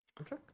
Okay